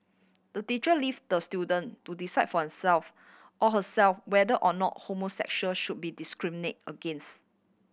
the teacher leaves the student to decide for himself or herself whether or not homosexual should be discriminate against